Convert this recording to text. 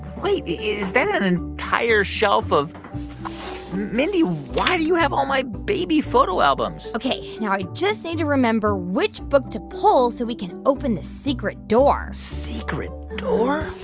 wait. is that an entire shelf of mindy, why do you have all my baby photo albums? ok. now i just need to remember which book to pull, so we can open the secret door secret door?